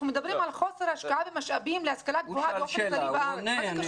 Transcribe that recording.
אנחנו מדברים על חוסר השקעה במשאבים להשכלה גבוהה באופן כללי בארץ,